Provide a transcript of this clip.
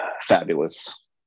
fabulous